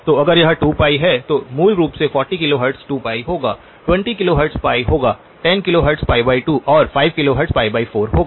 तो अगर यह 2π है तो मूल रूप से 40 किलोहर्ट्ज़ 2π होगा 20 किलोहर्ट्ज़ π होगा 10 किलोहर्ट्ज़ π 2 और 5 किलोहर्ट्ज़ pi4 होगा